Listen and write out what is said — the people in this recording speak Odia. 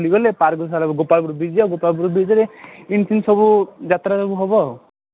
ବୁଲି ଗଲେ ପାର୍କ ଗୋପାଳପୁର ବିଚ୍ ଯିବା ଗୋପାଳପୁର ବିଚ୍ରେ ଇନ୍ତ୍ ସିନ୍ତ୍ ସବୁ ଯାତ୍ରା ସବୁ ହେବ ଆଉ